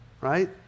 right